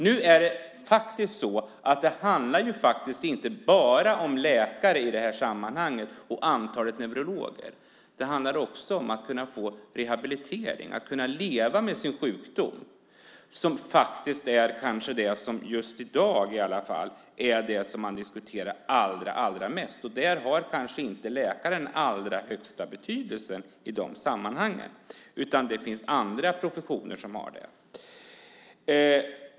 Men det handlar inte bara om läkare och om antalet neurologer i det här sammanhanget, utan det handlar också om att kunna få rehabilitering och om att kunna leva med sin sjukdom. Det är kanske det som i dag diskuteras allra mest. Läkaren har kanske inte den allra största betydelsen i de sammanhangen, utan det finns andra professioner som har det.